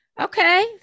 Okay